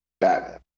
Batman